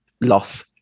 loss